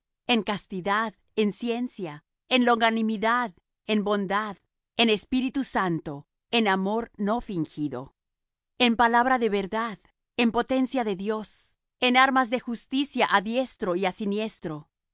en castidad en ciencia en longanimidad en bondad en espíritu santo en amor no fingido en palabra de verdad en potencia de dios en armas de